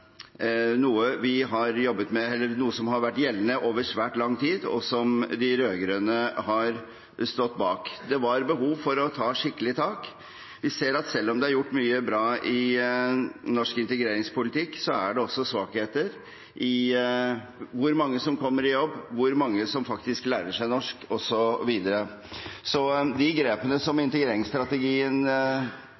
noe som har vært gjeldende over svært lang tid, og som de rød-grønne har stått bak. Det var behov for å ta et skikkelig tak. Vi ser at selv om det er gjort mye bra i norsk integreringspolitikk, er det også svakheter, når det gjelder hvor mange som kommer i jobb, hvor mange som faktisk lærer seg norsk, osv. Så de grepene som integreringsstrategien tar, er høyst nødvendige, og man vil finne mange poster i